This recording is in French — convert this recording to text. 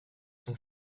son